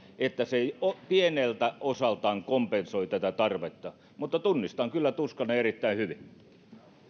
että se pieneltä osaltaan kompensoi tätä tarvetta mutta tunnistan kyllä tuskanne erittäin hyvin